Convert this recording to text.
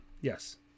yes